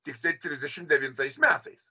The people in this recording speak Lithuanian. tiktai trisdešim devintais metais